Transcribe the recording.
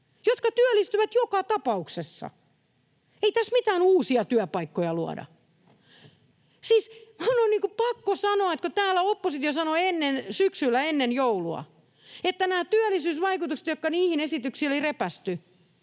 jotka työllistyvät joka tapauksessa. Ei tässä mitään uusia työpaikkoja luoda. Siis on pakko sanoa, että kun täällä oppositio sanoi syksyllä, ennen joulua, että näissä työllisyysvaikutuksissa, jotka niihin esityksiin oli repäisty,